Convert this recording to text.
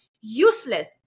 Useless